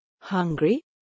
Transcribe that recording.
Hungry